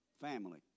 family